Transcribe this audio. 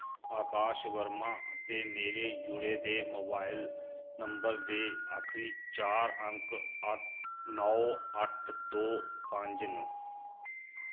अकाश वर्मा ते मेरे जुड़े दे मोबाइल नंबर दे आखरी चार अंक नौ अट्ठ दो पंज न